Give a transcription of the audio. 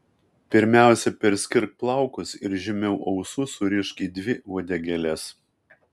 pirmiausia perskirk plaukus ir žemiau ausų surišk į dvi uodegėles